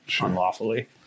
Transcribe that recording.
unlawfully